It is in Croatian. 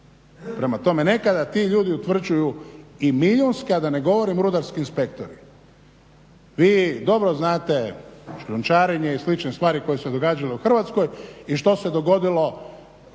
Prema tome, nekada ti ljudi utvrđuju i milijunske, a da ne govorim rudarski inspektori. Vi dobro znate šljunčarenje i slične stvari koje su se događale u Hrvatskoj i što se dogodilo